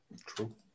true